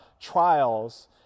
trials